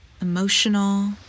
emotional